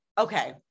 Okay